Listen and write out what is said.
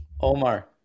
Omar